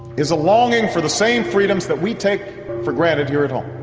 is a longing for the same freedoms that we take for granted here at home.